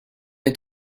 est